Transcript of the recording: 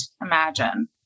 imagine